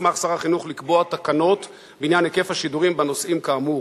הוסמך שר החינוך לקבוע תקנות בעניין היקף השידורים בנושאים כאמור.